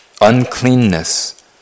uncleanness